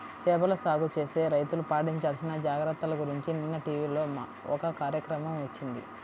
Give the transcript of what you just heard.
చేపల సాగు చేసే రైతులు పాటించాల్సిన జాగర్తల గురించి నిన్న టీవీలో ఒక కార్యక్రమం వచ్చింది